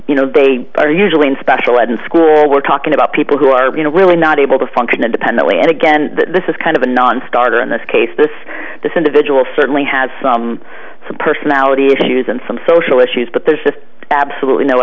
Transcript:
you know they are usually in special ed in school we're talking about people who are you know really not able to function independently and again this is kind of a nonstarter in this case this this individual certainly has some some personality issues and some social issues but there's just absolutely no